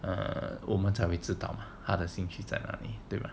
ah 我们才会知道兴趣在那里对吧